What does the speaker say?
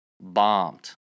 bombed